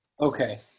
okay